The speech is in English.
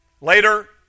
Later